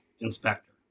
inspector